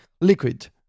liquid